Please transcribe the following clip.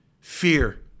fear